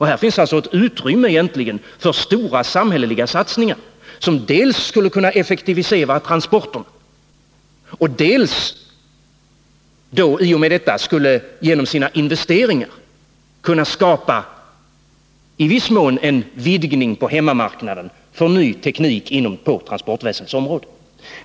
Här finns alltså ett utrymme för stora samhälleliga satsningar, som dels skulle kunna effektivisera transporterna, dels i och med detta genom sina investeringar i viss mån skulle kunna skapa en vidgning på hemmamarknaden för ny teknik på transportväsendets område.